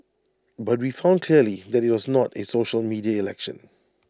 but we've found clearly that IT was not A social media election